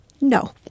No